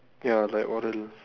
ya like oral